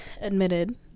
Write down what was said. admitted